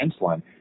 insulin